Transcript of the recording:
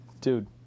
Dude